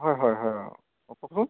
হয় হয় হয় অঁ অঁ কওকচোন